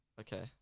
Okay